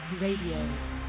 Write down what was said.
Radio